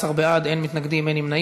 בעד, אין מתנגדים, אין נמנעים.